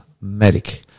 medic